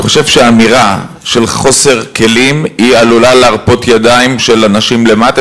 אני חושב שהאמירה של חוסר כלים עלולה לרפות ידיים של אנשים למטה,